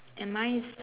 and mine is